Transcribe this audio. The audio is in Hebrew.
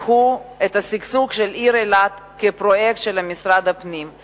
קחו את השגשוג של העיר אילת כפרויקט של משרד הפנים.